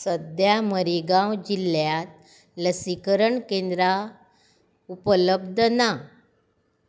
सद्या मरीगांव जिल्ल्यांत लसीकरण केंद्रां उपलब्ध ना